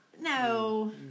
No